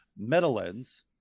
Metalens